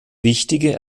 wichtige